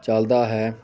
ਚੱਲਦਾ ਹੈ